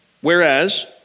Whereas